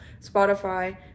Spotify